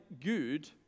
good